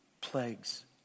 plagues